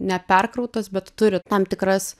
neperkrautas bet turi tam tikras